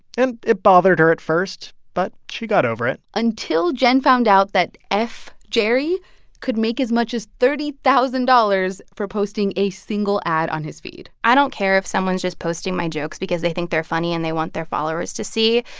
and it bothered her at first, but she got over it until jen found out that fjerry could make as much as thirty thousand dollars for posting a single ad on his feed i don't care if someone's just posting my jokes because they think they're funny and they want their followers to see.